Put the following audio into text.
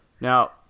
Now